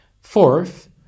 Fourth